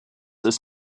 ist